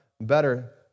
better